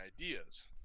ideas